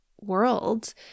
world